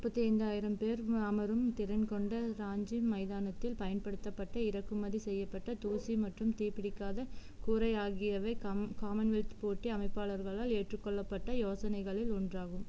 முப்பத்தைந்தாயிரம் பேர் அமரும் திறன் கொண்ட ராஞ்சி மைதானத்தில் பயன்படுத்தப்பட்ட இறக்குமதி செய்யப்பட்ட தூசி மற்றும் தீப்பிடிக்காத கூரை ஆகியவை காம காமன்வெல்த் போட்டி அமைப்பாளர்களால் ஏற்றுக்கொள்ளப்பட்ட யோசனைகளில் ஒன்றாகும்